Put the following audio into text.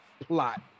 plot